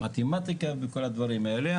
מתמטיקה וכל הדברים האלה.